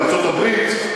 מארצות-הברית,